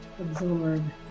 absorb